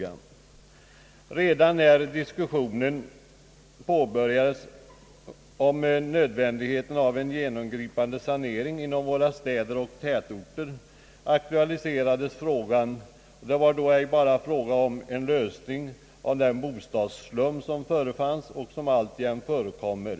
Redan när diskussionen om nödvändigheten av en genomgripande sanering av våra städer och tätorter aktualiserades, var avsikten ej bara att få en lösning av problemet med den bostadsslum som förefanns och som alltjämt förekommer.